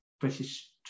British